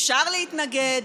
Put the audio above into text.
אפשר להתנגד,